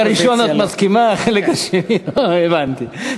לחלק הראשון את מסכימה, לחלק השני לא, הבנתי.